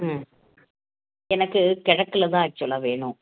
ம் எனக்கு கிழக்குல தான் ஆக்சுவலாக வேணும்